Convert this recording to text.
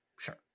Sure